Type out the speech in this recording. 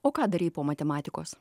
o ką darei po matematikos